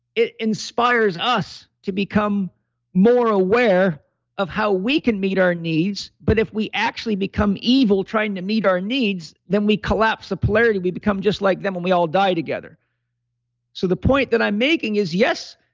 it inspires us to become more aware of how we can meet our needs. but if we actually become evil, trying to meet our needs, then we collapse the polarity. we become just like them when we all die together so the point that i'm making is yes,